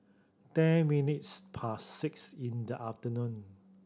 ten minutes past six in the afternoon